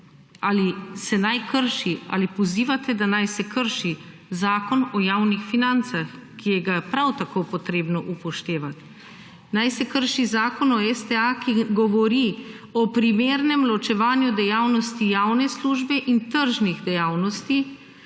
ali se naj krši ali pozivate, da naj se krši Zakon o javnih financah, ki ga je prav tako potrebno upoštevati. Naj se krši Zakon o STA, ki govori o primernem ločevanju dejavnosti javne službe in tržnih dejavnosti